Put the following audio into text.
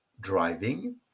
driving